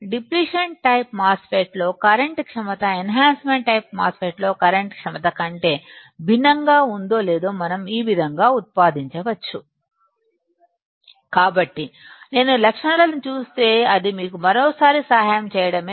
depletion type MOSFET లో current క్షమత enhancement type MOSFET లో current క్షమత కంటే భిన్నంగా ఉందో లేదో మనం ఈ విధంగా ఉత్పాదించవచ్చు కాబట్టి నేను లక్షణాలనుచూస్తే అది మీకు మరోసారి సహాయం చేయడమే